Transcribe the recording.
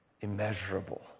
Immeasurable